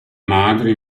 madre